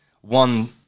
one